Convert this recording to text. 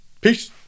Peace